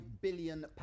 billion